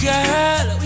Girl